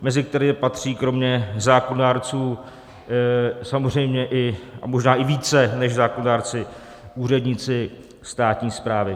mezi které patří kromě zákonodárců samozřejmě, a možná i více než zákonodárci, úředníci státní správy.